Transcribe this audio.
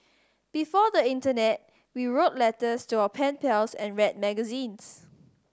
before the internet we wrote letters to our pen pals and read magazines